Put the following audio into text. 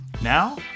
Now